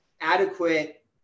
adequate